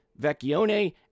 Vecchione